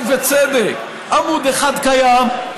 ובצדק: עמוד אחד קיים,